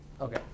Okay